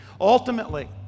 Ultimately